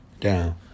down